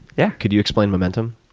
yeah could you explain momentum?